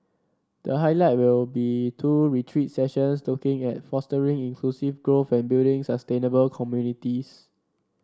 the highlight will be two retreat sessions looking at fostering inclusive growth and building sustainable communities